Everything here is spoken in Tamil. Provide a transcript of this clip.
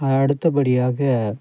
அடுத்தபடியாக